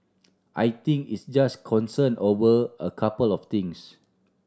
I think it's just concern over a couple of things